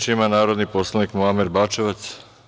Reč ima narodni poslanik Muamer Bačevac.